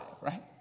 right